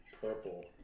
purple